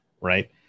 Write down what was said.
right